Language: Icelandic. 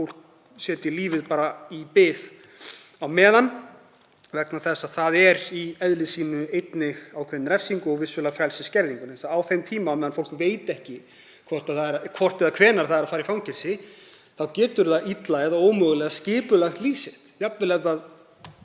það setji lífið bara á bið á meðan vegna þess að það er í eðli sínu einnig ákveðin refsing og vissulega frelsisskerðing því að meðan fólk veit ekki hvort eða hvenær það er að fara í fangelsi þá getur það illa eða ómögulega skipulagt líf sitt, jafnvel þó